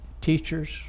teachers